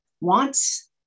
wants